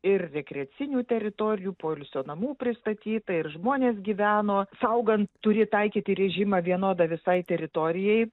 ir rekreacinių teritorijų poilsio namų pristatyta ir žmonės gyveno saugant turi taikyti režimą vienodą visai teritorijai